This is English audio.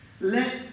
Let